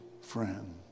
friend